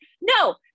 no